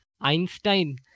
Einstein